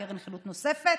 קרן חילוט נוספת.